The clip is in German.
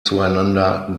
zueinander